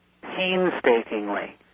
painstakingly